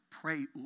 Pray